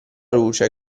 luce